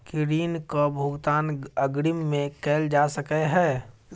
की ऋण कऽ भुगतान अग्रिम मे कैल जा सकै हय?